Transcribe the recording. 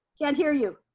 can't hear you.